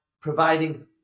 providing